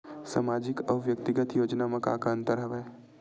सामाजिक अउ व्यक्तिगत योजना म का का अंतर हवय?